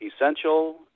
Essential